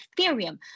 ethereum